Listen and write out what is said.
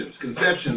conceptions